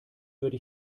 würde